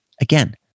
Again